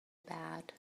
bad